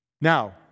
Now